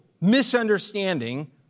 misunderstanding